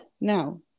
Now